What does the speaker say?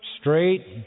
straight